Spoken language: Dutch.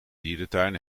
dierentuin